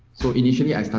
so initially i